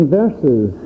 verses